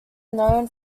known